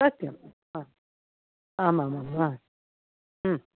सत्यम् आम् आम् आम्